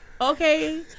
Okay